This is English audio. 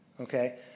okay